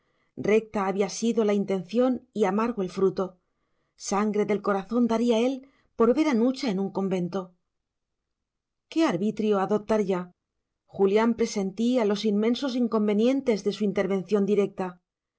recta había sido la intención y amargo el fruto sangre del corazón daría él por ver a nucha en un convento qué arbitrio adoptar ya julián presentía los inmensos inconvenientes de su intervención directa